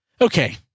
Okay